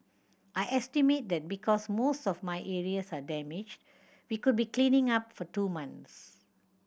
I estimate that because most of my areas are damaged we could be cleaning up for two months